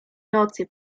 nocy